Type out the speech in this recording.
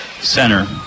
center